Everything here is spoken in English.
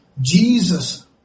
Jesus